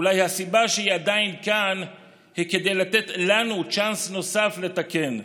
אולי הסיבה שהיא עדיין כאן היא כדי לתת לנו צ'אנס נוסף לתקן,